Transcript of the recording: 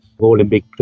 Olympic